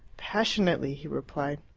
passionately, he replied.